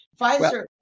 Pfizer